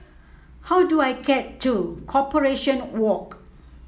how do I get to Corporation Walk